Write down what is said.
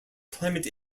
climate